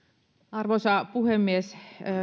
arvoisa puhemies